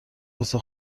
واسه